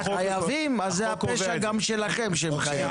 אז זה גם פשע שלכם שהם חייבים.